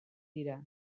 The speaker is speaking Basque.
dira